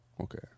Okay